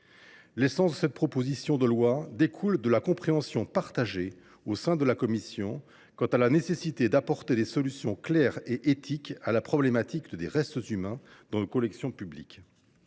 L’essence de cette proposition de loi découle du constat partagé, au sein de la commission, de la nécessité d’apporter des solutions claires et éthiques à la problématique des restes humains dans nos collections publiques.